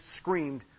screamed